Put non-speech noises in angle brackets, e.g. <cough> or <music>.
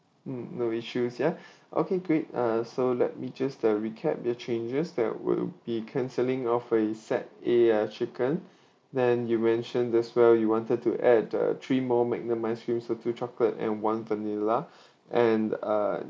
mm no issues ya <breath> okay great uh so let me just uh recap the changes that we'll be cancelling off a set A uh chicken then you mentioned as well you wanted to add the three more magnum ice cream so two chocolate and one vanilla <breath> and uh